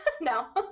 no